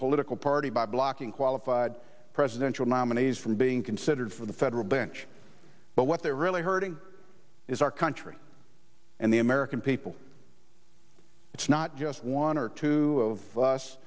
political party by blocking qualified presidential nominees from being considered for the federal bench but what they're really hurting is our country and the american people it's not just one or two of us